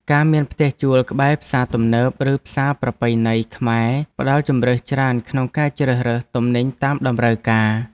ការមានផ្ទះជួលក្បែរផ្សារទំនើប ឬផ្សារប្រពៃណីខ្មែរផ្តល់ជម្រើសច្រើនក្នុងការជ្រើសរើសទំនិញតាមតម្រូវការ។